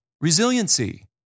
resiliency